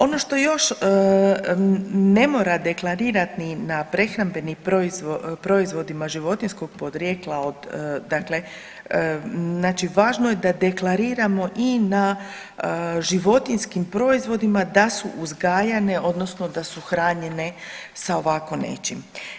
Ono što još ne mora deklarirat ni na prehrambenim proizvodima životinjskog podrijetla od, dakle, znači važno je da deklariramo i na životinjskim proizvodima da su uzgajane odnosno da su hranjene sa ovako nečim.